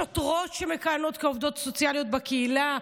שוטרות שמכהנות כעובדות סוציאליות בקהילה,